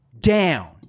down